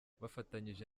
bafatanyije